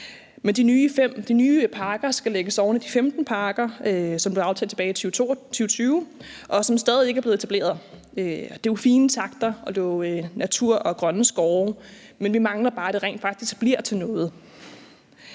De nye parker skal lægges oven i de 15 parker, som blev aftalt tilbage i 2020, og som stadig ikke er blevet etableret. Det er jo fine takter, og det er jo natur og grønne skove, men vi mangler bare, at det rent faktisk bliver til noget.